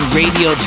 radio